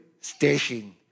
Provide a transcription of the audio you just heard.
station